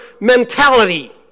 mentality